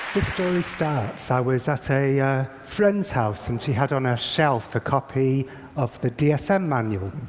the story starts i was at a friend's house, and she had on her shelf a copy of the dsm manual,